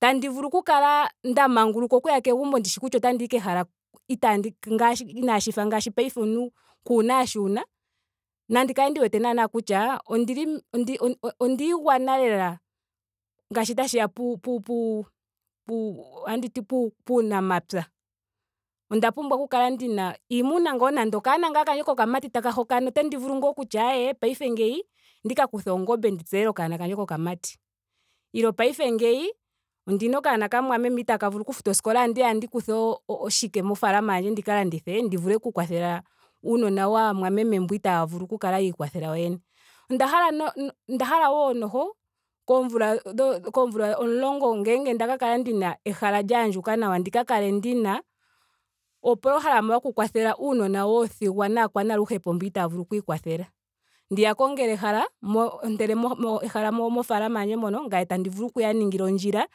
Tandi vulu oku kala nda manguluka okuya kegumbo ndishi kutya otandiyi kehala itaandi ka ngaashi inaashi fa paife omuntu kuuna sho wuna. nandi kale naana ndi wete kutya ondili ondili onda igwana lela ngaashi tashiya puu- pu- pu otanditi pu- puunamapya. onda pumbwa oku kala ndina iimuna. nando okanona ngaa kokamati taka hokana. otandi vulu ngaa kutya aaye paife ngeyi ondi ka kuthe oonngombe dhi tselele okaana kandje kokamati. Ilo paife ngeyi. ondina okanona kamumwameme itaaka vulu oku futa oskola. andiya ndi kuthe o- oshike mofaalama yandje ndika landithe ndi vule oku kwathela uunona waamwameme mboka itaaya vulu oku kala yiikwathela yoyene. Onda hala no- onda hala wo noho o- koomvula omulongo ngele nda kala ndina ehala lyaandjuka nawa. ndi ka kale ndina opolohalama yoku kwathela aanona wothigwa naakwanaluhepo mboka itaaya vulu oku ikwathela. Ndiya kongele ehala mo, ontele mo- mo ehala mofaalama yandje mono. ngame tandi vulu okuya ningila ondjila.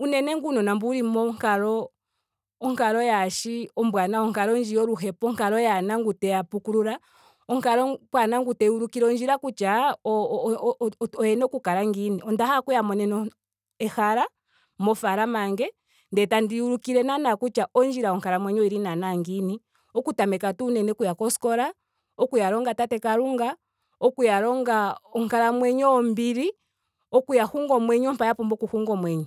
unene ngaa uunona mbu wuli monkalo onkalo yaashi ombwaanawa. onkalo ndji yoluhepo. onkalo yaana ngu teya pukulula. onkalo pwaana ngu teya ulikile ondjila kutya o- o- o oyena oku kala ngiini. Onda hala okuya monena ehala mofaalama yandje. ndele tandiya ulikile naana kutya ondjila yonkalamwenyo oyili naana ngiini. Okutameka tuu unene okuya koskola. okuya longa tate kalunga. okuya longa onkalamwenyo yombili. okuya hunga omwenyo mpa ya pumbwa oku hungwa omwenyo